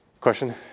Question